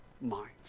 minds